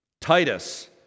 Titus